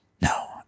no